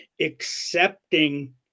accepting